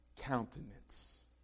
countenance